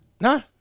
Nah